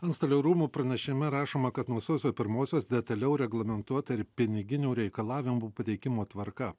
antstolių rūmų pranešime rašoma kad nuo sausio pirmosios detaliau reglamentuota ir piniginių reikalavimų pateikimo tvarka